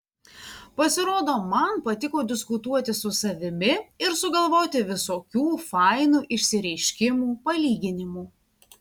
pasirodo man patiko diskutuoti su savimi ir sugalvoti visokių fainų išsireiškimų palyginimų